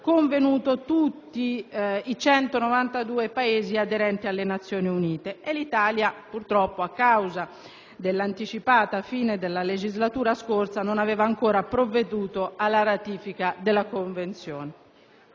convenuto tutti i 192 Paesi aderenti alle Nazioni Unite. L'Italia, purtroppo, a causa dell'anticipata fine della scorsa legislatura non aveva ancora provveduto alla ratifica della Convenzione.